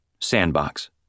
Sandbox